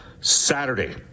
Saturday